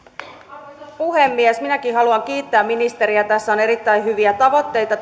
arvoisa puhemies minäkin haluan kiittää ministeriä tässä hallituksen esityksessä on erittäin hyviä tavoitteita